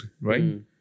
right